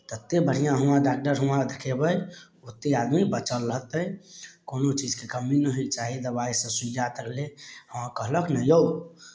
तत्ते बढ़िआँ डॉक्टर हुआँ देखेबय ओत्ते आदमी बचल रहतइ कोनो चीजके कमी नहि होइके चाही दबाइ सब सुइया तकले हँ कहलक नहि यौ